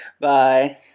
Bye